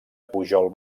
pujol